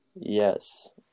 Yes